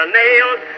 nails